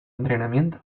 entrenamiento